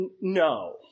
no